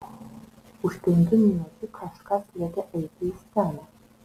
už penkių minučių kažkas liepia eiti į sceną